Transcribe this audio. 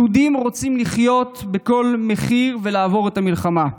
יהודים רוצים לחיות בכל מחיר ולעבור את המלחמה.